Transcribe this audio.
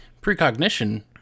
precognition